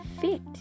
fit